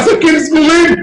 העסקים סגורים,